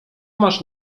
masz